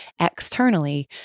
externally